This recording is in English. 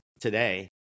today